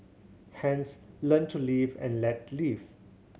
hence learn to live and let live